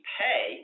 pay